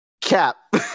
Cap